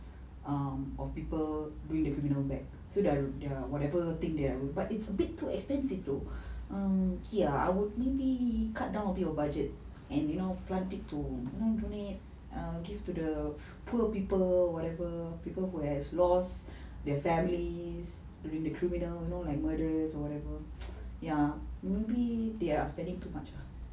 um of people bring the criminal back so that their whatever thing there but it's a bit too expensive though um ya I would maybe cut down a bit of budget and you know grant it to give to the poor people or whatever people who has lost their families during the criminal like murders or whatever ya maybe they're spending too much ah